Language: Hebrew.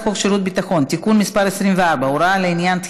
לא?